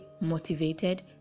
motivated